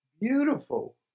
beautiful